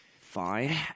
Fine